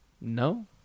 No